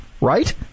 right